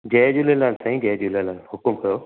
जय झूलेलालु साईं जय झूलेलालु हुकुमु कयो